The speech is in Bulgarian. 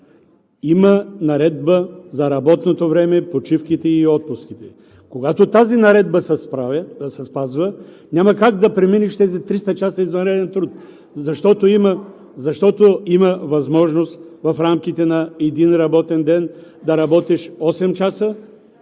има Наредба за работното време, почивките и отпуските. Когато тази наредба се спазва, няма как да преминеш тези 300 часа извънреден труд, защото има възможност в рамките на един работен ден да работиш 8 часа